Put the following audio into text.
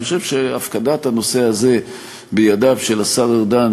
אני חושב שהפקדת הנושא הזה בידיו של השר ארדן,